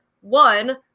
one